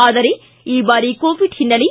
ಆದರೆ ಈ ಬಾರಿ ಕೋವಿಡ್ ಹಿನ್ನೆಲೆ